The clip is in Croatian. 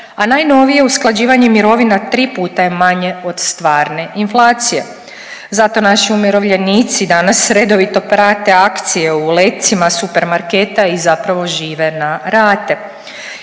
a najnovije usklađivanje mirovina tri puta je manje od stvarne inflacije. Zato naši umirovljenici danas redovito prate akcije u lecima supermarketa i zapravo žive na rate